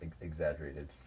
exaggerated